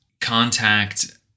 contact